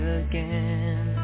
again